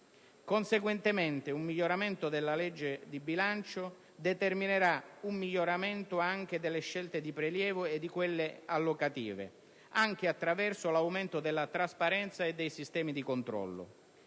Conseguentemente, un miglioramento della legge di bilancio determinerà anche un miglioramento delle scelte di prelievo e di quelle allocative, anche attraverso l'aumento della trasparenza e dei sistemi di controllo.